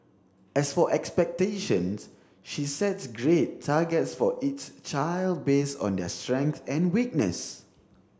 as for expectations she sets grade targets for each child based on their strengths and weakness